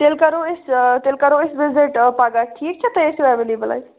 تیٚلہِ کرِو أسۍ تیٚلہِ کرو أسۍ وِزِٹ پَگاہ ٹھیٖک چھا تُہۍ ٲسِو ایویلیبٕل اتہِ